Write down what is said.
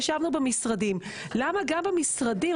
למה גם במשרדים,